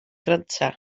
grantiau